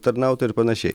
tarnautojai ir panašiai